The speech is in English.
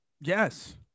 Yes